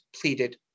pleaded